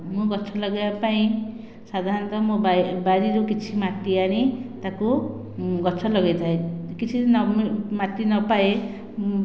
ମୁଁ ଗଛ ଲଗେଇବାପାଇଁ ସାଧାରଣତଃ ମୋ' ବାରିରୁ କିଛି ମାଟି ଆଣି ତାକୁ ଗଛ ଲଗାଇଥାଏ କିଛି ନ ମିଳି ମାଟି ନ ପାଏ